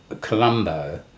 Colombo